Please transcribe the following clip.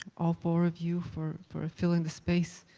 all four of you, for for filling the space